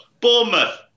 Bournemouth